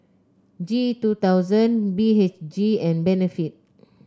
G two thousand B H G and Benefit